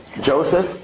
Joseph